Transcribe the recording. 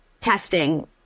testing